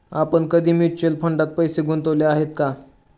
आपण कधी म्युच्युअल फंडात पैसे गुंतवले आहेत का?